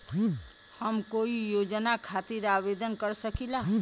हम कोई योजना खातिर आवेदन कर सकीला?